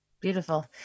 Beautiful